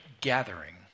gathering